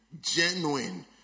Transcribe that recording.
genuine